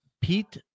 Pete